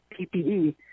PPE